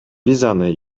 аны